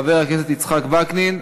חבר הכנסת יצחק וקנין,